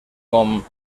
com